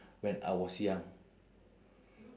when I was young